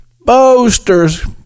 boasters